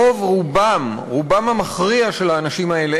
רובם המכריע של האנשים האלה,